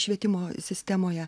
švietimo sistemoje